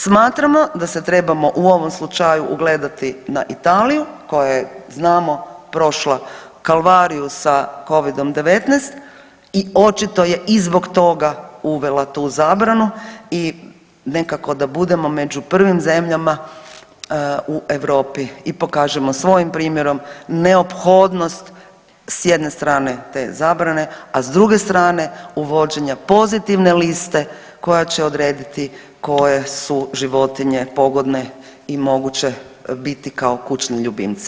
Smatramo da se trebamo u ovom slučaju ugledati na Italiju koja je znamo prošla kalvariju sa Covidom-19 i očito je i zbog toga uvela tu zabranu i nekako da budemo među prvim zemljama u Europi i pokažemo svojim primjerom neophodnost s jedne strane te zabrane, a s druge strane uvođenja pozitivne liste koja će odrediti koje su životinje pogodne i moguće biti kao kućni ljubimci.